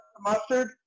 mustard